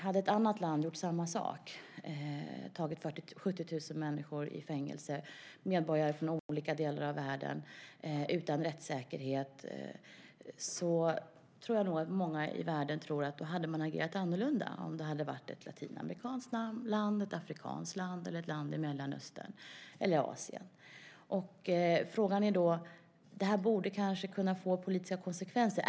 Hade ett annat land gjort samma sak - satt 70 000 människor i fängelse, medborgare från olika delar av världen, utan rättssäkerhet - tror nog många i världen att man hade agerat annorlunda, till exempel om det hade varit ett latinamerikanskt land, ett afrikanskt land eller ett land i Mellanöstern eller Asien. Frågan är om det här kanske borde kunna få politiska konsekvenser.